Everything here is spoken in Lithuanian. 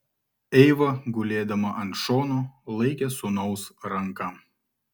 eiva gulėdama ant šono laikė sūnaus ranką